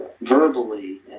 verbally